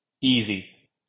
Easy